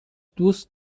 دوست